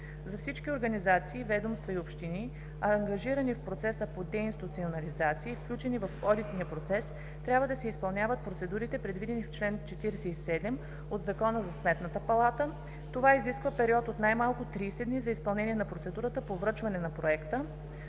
За всички организации, ведомства и общини, ангажирани в процеса по деинституционализация и включени в одитния процес, трябва да се изпълнят процедурите, предвидени в чл. 47 от Закона за Сметната палата. Това изисква период от най-малко 30 дни за изпълнение на процедурата по връчване на Проекта